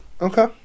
Okay